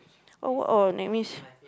oh oh that means